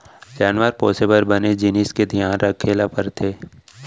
जानवर पोसे बर बने जिनिस के धियान रखे ल परथे